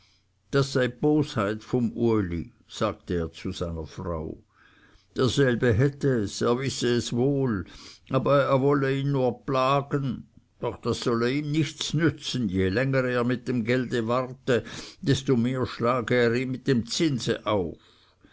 das sei bosheit vom uli sagte er seiner frau derselbe hätte es er wisse es wohl aber er wolle ihn nur plagen doch das solle ihn nichts nützen je länger er mit dem gelde warte desto mehr schlage er ihm mit dem zinse auf